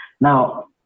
Now